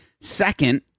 Second